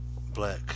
Black